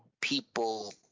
people